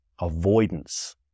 Avoidance